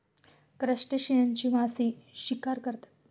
क्रस्टेशियन्सची मासे शिकार करतात